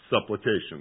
supplication